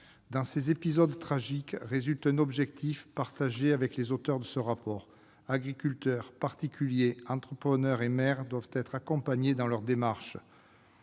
De ces épisodes tragiques résulte un objectif, partagé avec les auteurs de ce rapport : agriculteurs, particuliers, entrepreneurs et maires doivent être accompagnés dans leurs démarches.